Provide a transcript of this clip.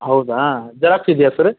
ಹೌದಾ ಜರಾಕ್ಸ್ ಇದೆಯಾ ಸರ